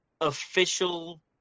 official